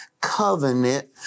Covenant